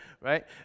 right